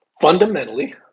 fundamentally